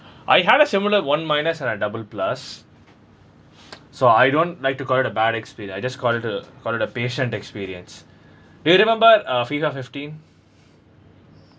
I had a similar one minus and a double plus so I don't like to call it a bad experience I just call it a call it a patient experience do you remember uh FIFA fifteen